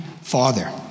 Father